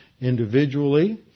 individually